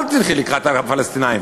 אל תלכי לקראת הפלסטינים,